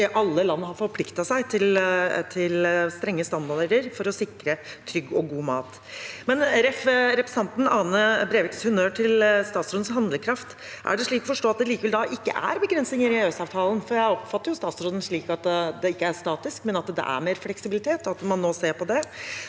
alle land har forpliktet seg til strenge standarder for å sikre trygg og god mat. Med referanse til Ane Breiviks honnør til statsrådens handlekraft: Er det slik å forstå at det likevel da ikke er begrensninger i EØS-avtalen? For jeg oppfatter statsråden slik at det ikke er statisk, men at det er mer fleksibilitet, og at man nå ser på det.